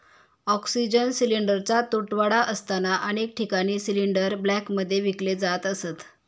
oxygen सिलिंडरचा तुटवडा असताना अनेक ठिकाणी सिलिंडर ब्लॅकमध्ये विकले जात असत